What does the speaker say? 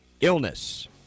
illness